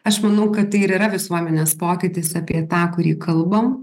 aš manau kad tai ir yra visuomenės pokytis apie tą kurį kalbam